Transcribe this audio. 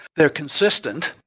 they're consistent,